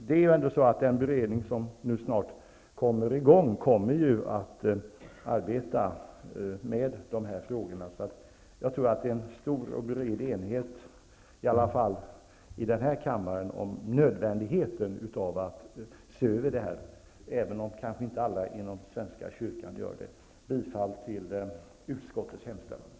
Den beredning som nu snart kommer i gång kommer att arbeta med de här frågorna, så jag tror att det -- i alla fall i den här kammaren, men kanske inte helt och hållet inom svenska kyrkan -- råder en stor och bred enighet om nödvändigheten av att se över detta. Jag yrkar bifall till utskottets hemställan.